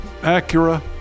Acura